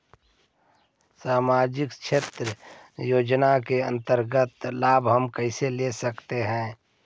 समाजिक क्षेत्र योजना के अंतर्गत लाभ हम कैसे ले सकतें हैं?